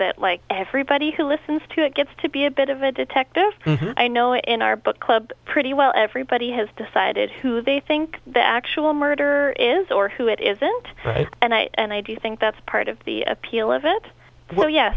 that like everybody who listens to it gets to be a bit of a detective i know in our book club pretty well everybody has decided who they think the actual murder is or who it isn't and i do think that's part of the appeal of it well ye